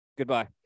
Goodbye